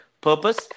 purpose